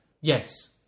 Yes